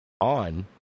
on